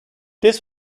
this